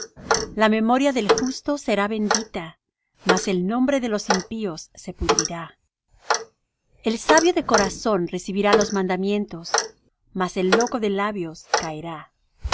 la memoria del justo será bendita mas el nombre de los impíos se pudrirá el sabio de corazón recibirá los mandamientos mas el loco de labios caerá